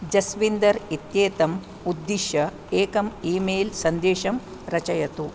जस्विन्दर् इत्येतम् उद्दिश्य एकम् ई मेल् सन्देशं रचयतु